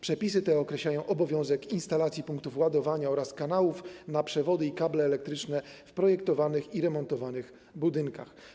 Przepisy te określają obowiązek instalacji punktów ładowania oraz kanałów na przewody i kable elektryczne w projektowanych i remontowanych budynkach.